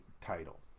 title